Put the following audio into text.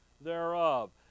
thereof